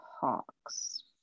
Hawks